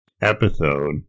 episode